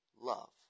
Love